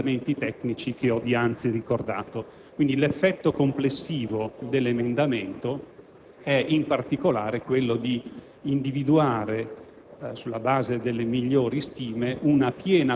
apportate dalle due proposte tecniche che ho dinanzi ricordato. Quindi, l'effetto complessivo dell'emendamento è, in particolare, quello di individuare,